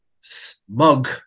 smug